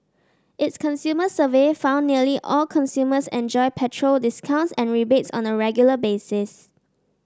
its consumer survey found nearly all consumers enjoy petrol discounts and rebates on a regular basis